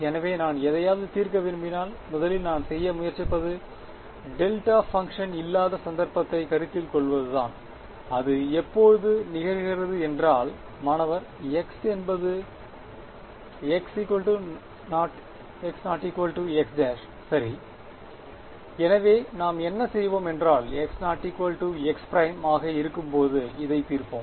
எனவே நான் எதையாவது தீர்க்க விரும்பினால் முதலில் நான் செய்ய முயற்சிப்பது டெல்டா பங்க்ஷன் இல்லாத சந்தர்ப்பத்தை கருத்தில் கொள்வதுதான் அது எப்போது நிகழ்கிறது என்றால் மாணவர் x என்பது x x′சரி எனவே நாம் என்ன செய்வோம் என்றால் x x′ஆக இருக்கும்போது இதைத் தீர்ப்போம்